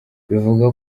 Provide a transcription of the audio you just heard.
bivugwa